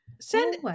Send